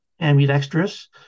ambidextrous